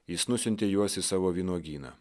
jis nusiuntė juos į savo vynuogyną